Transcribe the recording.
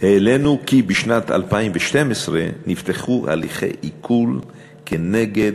העלינו כי בשנת 2012 נפתחו הליכי עיקול כנגד,